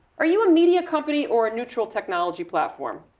are you a media company or a neutral technology platform?